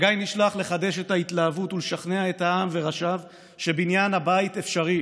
חגי נשלח לחדש את ההתלהבות ולשכנע את העם וראשיו שבניין הבית אפשרי,